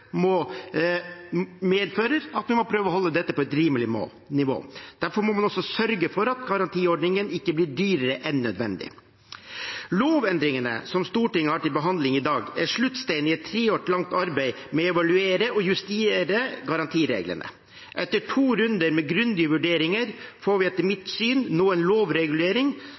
medfører at vi må prøve å holde dette på et rimelig nivå. Derfor må man sørge for at garantiordningen ikke blir dyrere enn nødvendig. Lovendringene som Stortinget har til behandling i dag, er sluttsteinen i et tre år langt arbeid med å evaluere og justere garantireglene. Etter to runder med grundige vurderinger får vi, etter mitt syn, nå en lovregulering